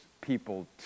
people